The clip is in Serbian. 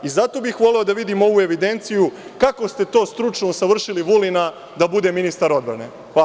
Zato bih voleo da vidim ovu evidenciju, kako ste to stručno usavršili Vulina da bude ministar odbrane?